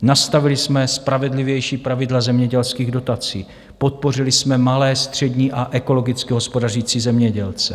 Nastavili jsme spravedlivější pravidla zemědělských dotací, podpořili jsme malé, střední a ekologicky hospodařící zemědělce.